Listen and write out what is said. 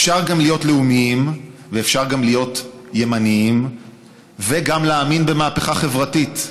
אפשר גם להיות לאומיים וגם להיות ימנים וגם להאמין במהפכה חברתית,